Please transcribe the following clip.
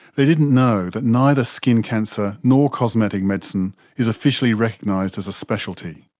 they didn't know that neither skin cancer nor cosmetic medicine is officially recognised as a specialty.